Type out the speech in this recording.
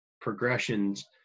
progressions